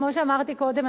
כמו שאמרתי קודם,